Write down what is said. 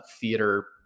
theater